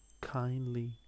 kindly